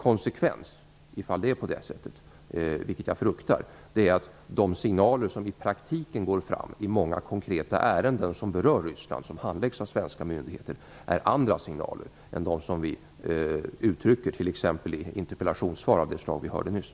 Om det är på det sättet - vilket jag fruktar - är en konsekvens att de signaler som i praktiken går fram i många konkreta ärenden som berör Ryssland och som handläggs av svenska myndigheter är andra än de som vi uttrycker t.ex. i interpellationssvar av det slag vi hörde nyss.